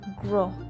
grow